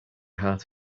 heart